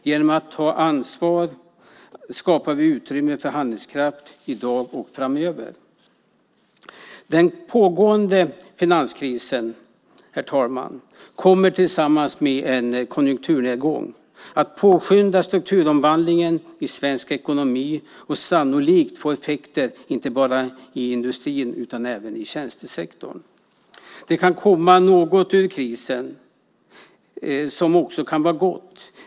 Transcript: Genom att ta ansvar skapar vi utrymme för handlingskraft i dag och framöver. Herr talman! Den pågående finanskrisen kommer tillsammans med en konjunkturnedgång att påskynda strukturomvandlingen i svensk ekonomi och sannolikt få effekter inte bara i industrin utan även i tjänstesektorn. Det kan komma något ur krisen som också kan vara gott.